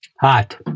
hot